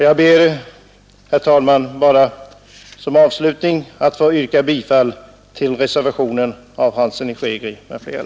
Jag ber, herr talman, att som avslutning få yrka bifall till reservationen av herr Hansson i Skegrie m.fl.